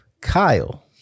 Kyle